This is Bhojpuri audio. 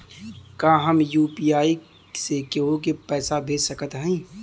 का हम यू.पी.आई से केहू के पैसा भेज सकत हई?